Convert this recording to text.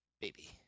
Baby